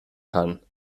kann